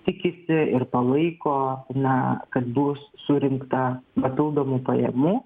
tikisi ir palaiko na kad bus surinkta papildomų pajamų